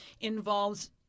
involves